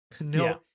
no